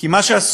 כי מה שעשו,